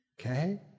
Okay